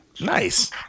Nice